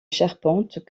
charpente